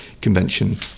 Convention